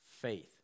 faith